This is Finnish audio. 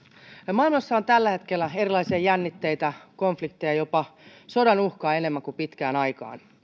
maailmassa on tällä hetkellä erilaisia jännitteitä konflikteja jopa sodan uhkaa enemmän kuin pitkään aikaan